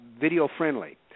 video-friendly